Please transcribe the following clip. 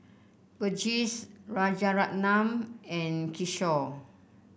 Verghese Rajaratnam and Kishore